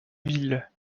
ville